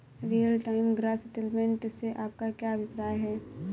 Real time gross settlement से आपका क्या अभिप्राय है?